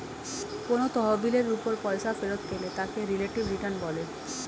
কোন তহবিলের উপর পয়সা ফেরত পেলে তাকে রিলেটিভ রিটার্ন বলে